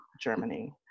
Germany